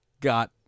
got